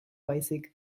baizik